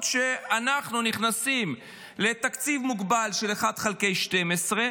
היא שאנחנו נכנסים לתקציב מוגבל של 1 חלקי 12,